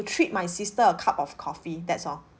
treat my sister a cup of coffee that's all